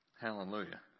Hallelujah